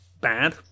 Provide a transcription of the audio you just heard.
bad